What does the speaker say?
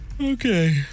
Okay